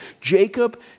Jacob